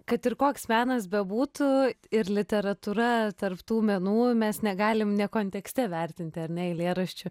kad ir koks menas bebūtų ir literatūra tarp tų menų mes negalim ne kontekste vertinti ar ne eilėraščių